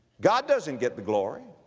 god doesn't get the glory.